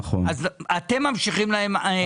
אתם ממשיכים להם.